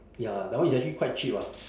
ya that one is actually quite cheap ah